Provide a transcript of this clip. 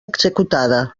executada